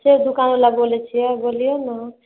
सिर्फ दुकान बला बोलैत छियै बोलिऔ ने